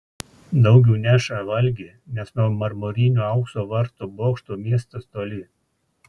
daugiui neša valgį nes nuo marmurinių aukso vartų bokštų miestas toli